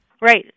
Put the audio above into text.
Right